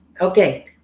Okay